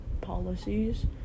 policies